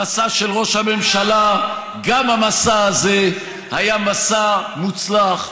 המסע של ראש הממשלה, גם המסע הזה, היה מסע מוצלח.